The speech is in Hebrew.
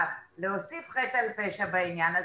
להוסיף חטא על פשע בעניין הזה,